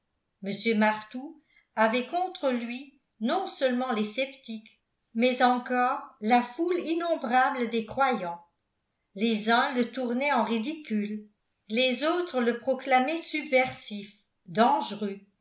mr martout avait contre lui non seulement les sceptiques mais encore la foule innombrable des croyants les uns le tournaient en ridicule les autres le proclamaient subversif dangereux